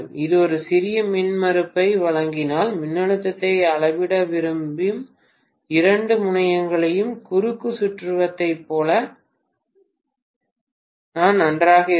இது ஒரு சிறிய மின்மறுப்பை வழங்கினால் மின்னழுத்தத்தை அளவிட விரும்பும் இரண்டு முனையங்களையும் குறுக்கு சுற்றுவதைப் போல இது நன்றாக இருக்கும்